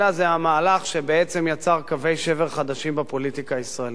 אלא זה היה מהלך שבעצם יצר קווי שבר חדשים בפוליטיקה הישראלית.